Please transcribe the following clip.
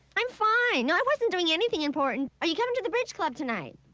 i'm fine, no, i wasn't doing anything important. are you coming to the bridge club tonight?